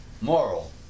Moral